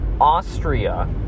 Austria